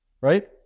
right